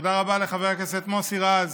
תודה רבה לחבר הכנסת מוסי רז